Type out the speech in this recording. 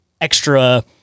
extra